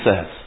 says